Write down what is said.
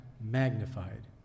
magnified